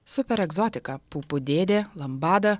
super egzotika pupų dėdė lambada